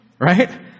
Right